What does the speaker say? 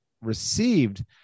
received